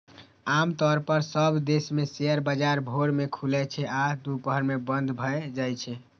आम तौर पर सब देश मे शेयर बाजार भोर मे खुलै छै आ दुपहर मे बंद भए जाइ छै